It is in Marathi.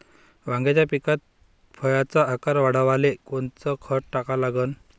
वांग्याच्या पिकात फळाचा आकार वाढवाले कोनचं खत टाका लागन?